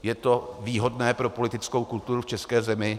Je to výhodné pro politickou kulturu v české zemi?